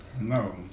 No